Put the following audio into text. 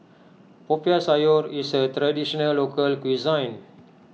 Popiah Sayur is a Traditional Local Cuisine